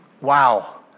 Wow